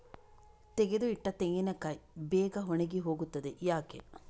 ತೆಗೆದು ಇಟ್ಟ ತೆಂಗಿನಕಾಯಿ ಬೇಗ ಒಣಗಿ ಹೋಗುತ್ತದೆ ಯಾಕೆ?